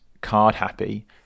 card-happy